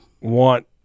want